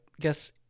guess